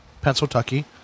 Pennsylvania